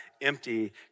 empty